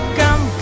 come